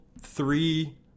three